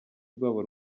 rwabo